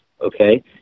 Okay